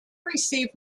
received